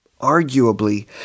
Arguably